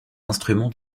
instruments